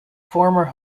former